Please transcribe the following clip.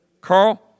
Carl